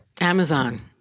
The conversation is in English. Amazon